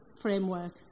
framework